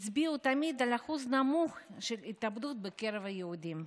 הצביעו תמיד על אחוז נמוך של התאבדות בקרב היהודים,